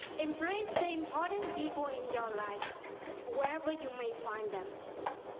embrace the important people in your life wherever you may find them.